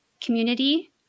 community